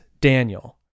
Daniel